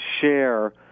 share